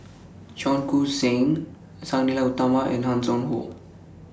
Cheong Koon Seng Sang Nila Utama and Hanson Ho